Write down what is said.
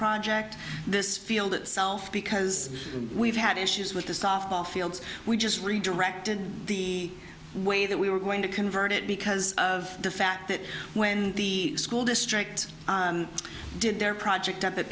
project this field itself because we've had issues with the softball fields we just redirected the way that we were going to convert it because of the fact that when the school district did their project up at